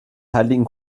heiligen